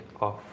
off